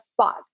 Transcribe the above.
spot